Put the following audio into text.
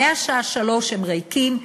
שמהשעה 15:00 הם ריקים,